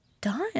done